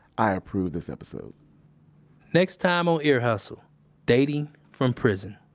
i approve this episode next time on ear hustle dating from prison.